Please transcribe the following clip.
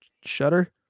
Shutter